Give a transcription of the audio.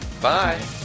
bye